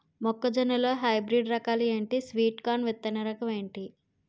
మొక్క జొన్న లో హైబ్రిడ్ రకాలు ఎంటి? స్వీట్ కార్న్ విత్తన రకం ఏంటి?